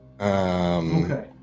Okay